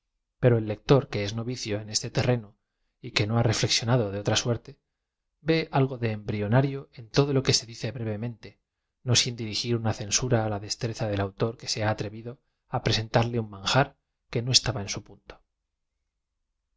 pero el lector que es novicio en este terreno y que no ha reflexionado de otra suerte v e algo de embrionario en todo lo que ae dice brevemente no sin d irigir una censura á la destreza del auk r que se ha atrevido á presentarle un manjar que no estaba en su punto